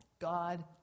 God